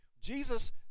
Jesus